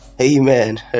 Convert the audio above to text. Amen